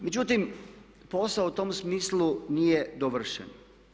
Međutim, posao u tom smislu nije dovršen.